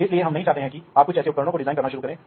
इसलिए हम निर्देशात्मक उद्देश्यों से शुरू करते हैं